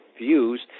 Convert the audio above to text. views